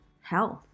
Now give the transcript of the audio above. health